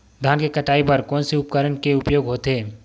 धान के कटाई बर कोन से उपकरण के उपयोग होथे?